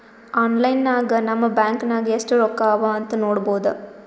online ನಾಗ್ ನಮ್ bank ನಾಗ್ ಎಸ್ಟ್ ರೊಕ್ಕಾ ಅವಾ ಅಂತ್ ನೋಡ್ಬೋದ